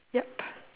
yup